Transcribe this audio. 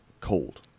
cold